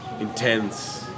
intense